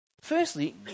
Firstly